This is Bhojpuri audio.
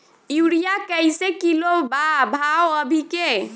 यूरिया कइसे किलो बा भाव अभी के?